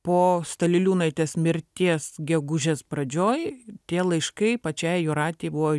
po staliliūnaitės mirties gegužės pradžioj tie laiškai pačiai jūratei buvo